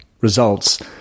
results